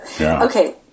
okay